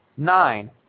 Nine